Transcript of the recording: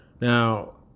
Now